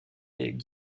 est